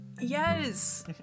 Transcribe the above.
Yes